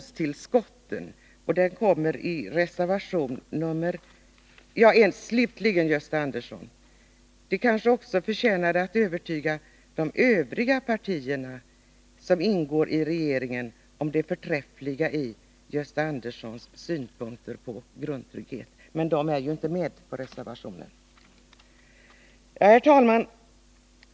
Slutligen, Gösta Andersson: Det kanske också vore av värde att övertyga de övriga partier som ingår i regeringen om det förträffliga i dessa synpunkter på grundtryggheten. Men de är ju inte med på reservationen. Herr talman!